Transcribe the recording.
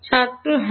ছাত্র হ্যাঁ